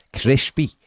crispy